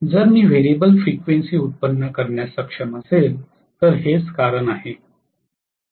जर मी variable frequency व्युत्पन्न करण्यास सक्षम असेल तर हेच कारण आहे